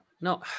No